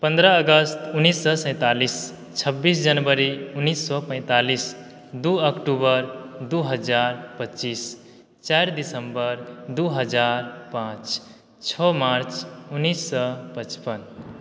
पंद्रह अगस्त उन्नीस सए सैंतालिस छब्बीस जनवरी उन्नीस सए पैंतालीस दू अक्टूबर दू हजार पच्चीस चारि दिसम्बर दू हजार पाँच छ मार्च उन्नीस सए पचपन